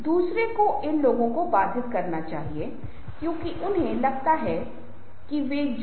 इसलिए एक समूह में बोलना एक कला है क्योंकि इसका उल्लेख किया गया है और यह बहुत महत्वपूर्ण है